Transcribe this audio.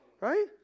right